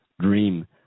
dream